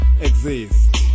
exist